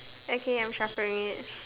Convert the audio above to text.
okay I am shuffling it